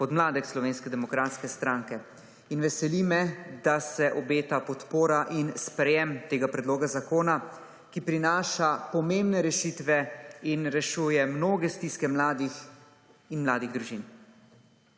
podmladek Slovenske demokratske stranke in veseli me, da se obeta podpora in sprejem tega predloga zakona, ki prinaša pomembne rešitve in rešujem noge stiske mladih in mladih družin.